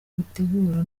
gutegura